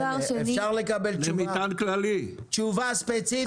אפשר לקבל תשובה ספציפית?